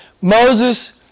Moses